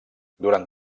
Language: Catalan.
durant